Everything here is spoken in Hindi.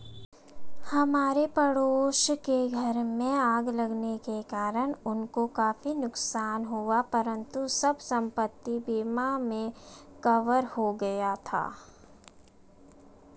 हमारे पड़ोस के घर में आग लगने के कारण उनको काफी नुकसान हुआ परंतु सब संपत्ति बीमा में कवर हो गया था